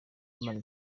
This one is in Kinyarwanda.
imana